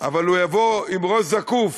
אבל הוא יבוא עם ראש זקוף,